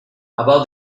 about